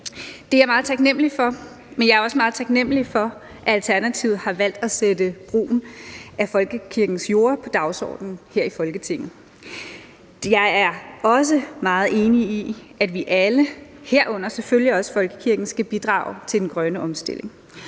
Jeg er også meget taknemlig for, at Alternativet har valgt at sætte brugen af folkekirkens jorder på dagsordenen her i Folketinget. Jeg er også meget enig i, at vi alle, herunder selvfølgelig også folkekirken, skal bidrage til den grønne omstilling,